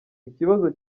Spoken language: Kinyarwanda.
ikibazo